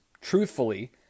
truthfully